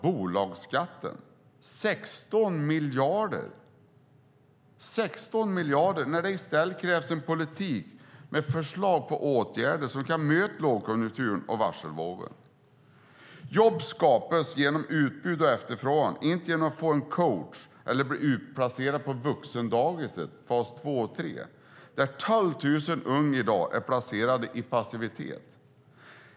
Bolagsskatten sänks med 16 miljarder, när det i stället krävs en politik med förslag på åtgärder som kan möta lågkonjunkturen och varselvågen. Jobb skapas genom utbud och efterfrågan, inte genom att man får en coach eller blir utplacerad på vuxendagis i fas 2 eller 3, där 12 000 unga i dag är placerade i passivitet.